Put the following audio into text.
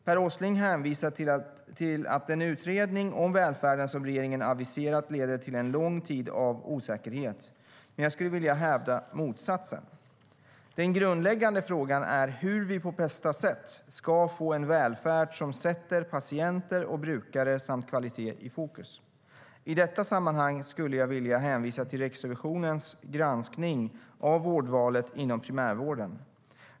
Per Åsling hänvisar till att den utredning om välfärden som regeringen aviserat leder till en lång tid av osäkerhet. Men jag skulle vilja hävda motsatsen. Den grundläggande frågan är hur vi på bästa sätt ska få en välfärd som sätter patienter och brukare samt kvalitet i fokus. I detta sammanhang skulle jag vilja hänvisa till Riksrevisionens granskning av vårdvalet inom primärvården.